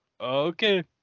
Okay